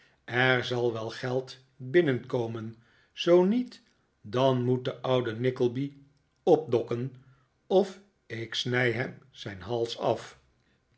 er zal wel geld binnenkomen zoox niet dan moet de oude nickleby opdokken of ik snij hem zijn hals af